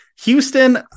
Houston